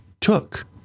took